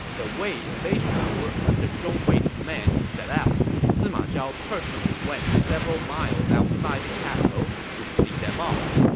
the wei invasion force under zhong hui's command set out. sima zhao personally went several miles outside the capital to see them off.